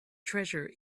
treasure